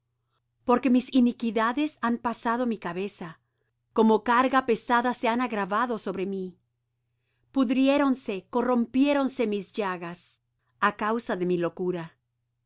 porque mis iniquidades han pasado mi cabeza como carga pesada se han agravado sobre mí pudriéronse corrompiéronse mis llagas a causa de mi locura